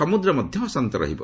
ସମୁଦ୍ର ମଧ୍ୟ ଅଶାନ୍ତ ରହିବ